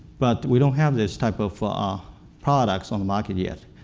but we don't have this type of ah product on the market yet.